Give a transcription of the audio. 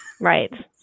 Right